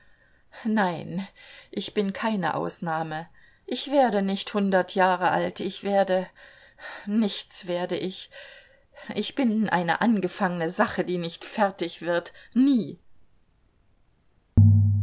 nein ich bin keine ausnahme ich werde nicht hundert jahre alt ich werde nichts werde ich ich bin eine angefangene sache die nicht fertig wird nie